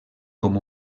com